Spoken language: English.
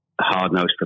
hard-nosed